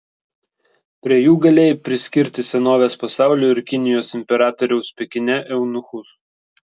prie jų galėjai priskirti senovės pasaulio ir kinijos imperatoriaus pekine eunuchus